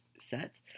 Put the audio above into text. set